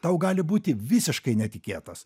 tau gali būti visiškai netikėtas